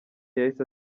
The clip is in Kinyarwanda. yahise